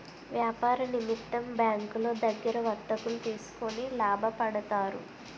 వ్యాపార నిమిత్తం బ్యాంకులో దగ్గర వర్తకులు తీసుకొని లాభపడతారు